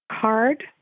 card